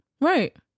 Right